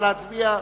נא להצביע.